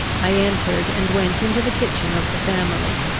i entered, and went into the kitchen of the family.